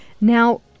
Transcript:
now